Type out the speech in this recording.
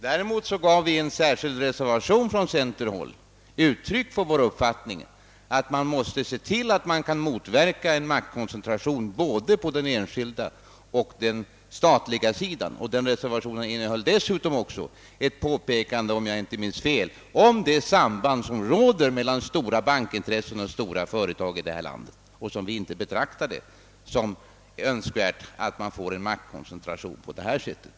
Däremot gav vi i en särskild reservation uttryck för vår uppfattning, att man måste försöka motverka en maktkoncentration på både den enskilda och den statliga sidan. Reservationen innehöll också — om jag inte minns fel ett påpekande om det samband som råder mellan stora bankintressen och stora företag i detta land och att vi önskade att en sådan maktkoncentration uppmärksammas.